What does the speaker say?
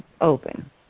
open